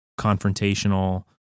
confrontational